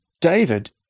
David